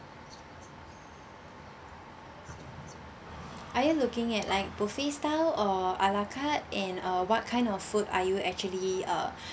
are you looking at like buffet style or a la carte and uh what kind of food are you actually are